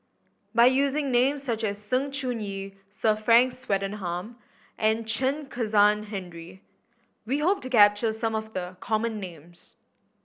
by using names such as Sng Choon Yee Sir Frank Swettenham and Chen Kezhan Henri we hope to capture some of the common names